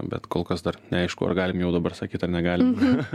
bet kol kas dar neaišku ar galim jau dabar sakyti ar negalim